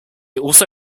also